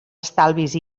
estalvis